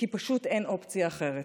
כי פשוט אין אופציה אחרת.